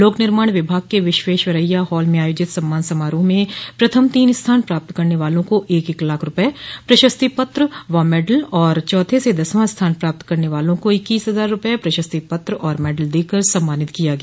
लोक निर्माण विभाग के विश्वेश्वरैया हाल में आयोजित सम्मान समारोह में प्रथम तीन स्थान प्राप्त करने वालों को एक एक लाख रूपये प्रशस्ति पत्र व मेडल और चौथ से दसवां स्थान पाप्त करने वालों को इक्कीस हजार रूपये प्रशस्ति पत्र और मेडल देकर सम्मानित किया गया